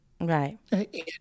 Right